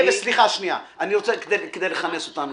כדי לכנס אותנו,